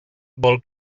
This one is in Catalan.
vol